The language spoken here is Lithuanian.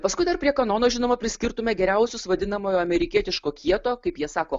paskui dar prie kanono žinoma priskirtume geriausius vadinamojo amerikietiško kieto kaip jie sako